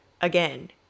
again